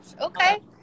Okay